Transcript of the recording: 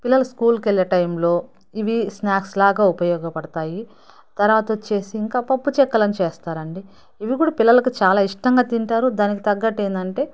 పిల్లలు స్కూల్కి వెళ్ళే టైంలో ఇవి స్నాక్స్ లాగా ఉపయోగపడుతాయి తర్వాత వచ్చేసి ఇంకా పప్పు చెక్కలు అని చేస్తారండి ఇవి కూడా పిల్లలకు చాలా ఇష్టంగా తింటారు దానికి తగ్గట్టు ఏందంటే